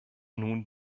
nun